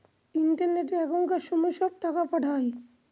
ইন্টারনেটে এখনকার সময় সব টাকা পাঠায়